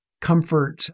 comfort